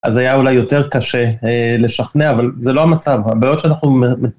אז היה אולי יותר קשה לשכנע, אבל זה לא המצב, הבעיות שאנחנו...